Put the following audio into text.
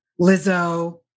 Lizzo